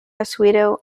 oswego